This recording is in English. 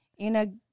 Ina